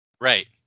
right